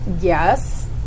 Yes